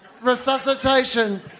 resuscitation